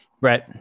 Right